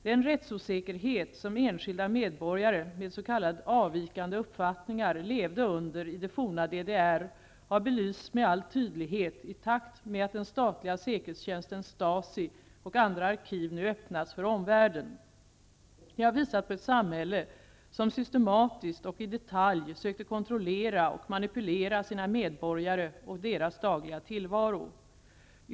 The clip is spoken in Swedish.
Den rättsosäkerhet som enskilda medborgare med s.k. avvikande uppfattningar levde under i det forna DDR har belysts med all tydlighet i takt med att den statliga säkerhetstjänstens, Stasis, och andra arkiv nu öppnats för omvärlden. De har visat på ett samhälle som systematiskt och i detalj sökte kontrollera och manipulera sina medborgare och deras dagliga tillvaro.